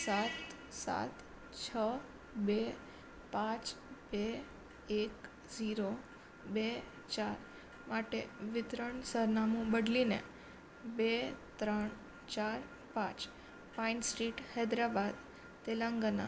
સાત સાત છ બે પાંચ બે એક ઝીરો બે ચાર માટે વિતરણ સરનામું બદલીને બે ત્રણ ચાર પાંચ પાઇન સ્ટ્રીટ હૈદરાબાદ તેલંગાણા